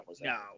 no